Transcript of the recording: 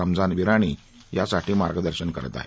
रमझान विराणी यात मार्गदर्शन करत आहेत